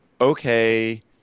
okay